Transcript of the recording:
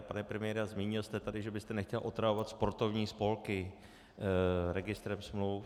Pane premiére, zmínil jste tady, že byste nechtěl otravovat sportovní spolky registrem smluv.